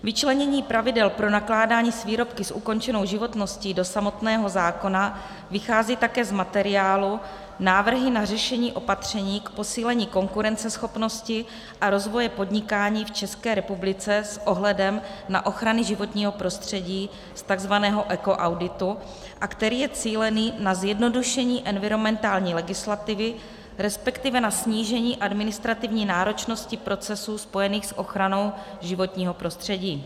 Vyčlenění pravidel pro nakládání s výrobky s ukončenou životností do samotného zákona vychází také z materiálu Návrhy na řešení opatření k posílení konkurenceschopnosti a rozvoje podnikání v České republice s ohledem na ochrany životního prostředí, takzvaného ekoauditu, a který je cílený na zjednodušení environmentální legislativy, resp. na snížení administrativní náročnosti procesů spojených s ochranou životního prostředí.